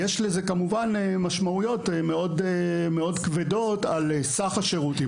כמובן שיש לזה משמעויות מאוד כבדות כלפי סך השירותים,